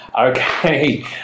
Okay